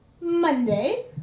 Monday